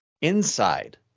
inside